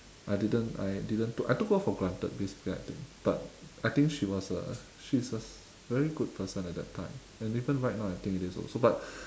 I didn't I didn't took I took her for granted basically I think but I think she was a she's a very good person at that time and even right now I think it is also so but